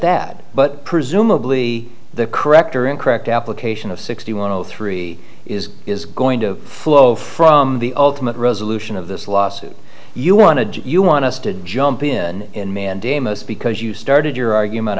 that but presumably the correct or incorrect application of sixty one of the three is is going to flow from the ultimate resolution of this lawsuit you want to do you want us to jump in in mandamus because you see started your argument